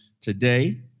today